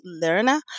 learner